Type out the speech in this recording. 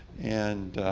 and